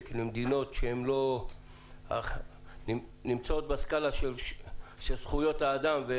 למדינות שהן לא נמצאות בסקלה של זכויות האדם.